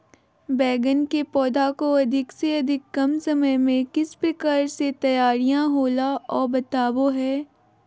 बैगन के पौधा को अधिक से अधिक कम समय में किस प्रकार से तैयारियां होला औ बताबो है?